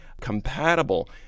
compatible